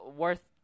worth